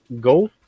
go